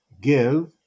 give